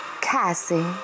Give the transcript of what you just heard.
Cassie